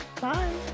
Bye